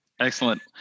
Excellent